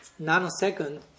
nanosecond